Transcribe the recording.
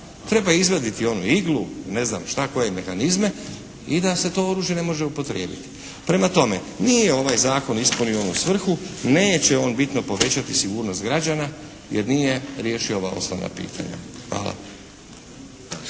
Treba izvaditi onu iglu, ne znam šta, koje mehanizme i da se to oružje ne može upotrijebiti. Prema tome, nije ovaj zakon ispunio onu svrhu. Neće on bitno povećati sigurnost građana jer nije riješio ova osnovna pitanja. Hvala.